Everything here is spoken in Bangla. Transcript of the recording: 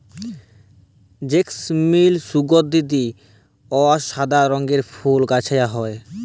জেসমিল সুগলধি অ সাদা রঙের ফুল গাহাছে হয়